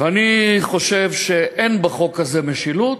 ואני חושב שאין בחוק הזה משילות.